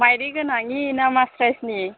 मायदि गोनांनि ना मास स्राइसनि